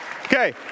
Okay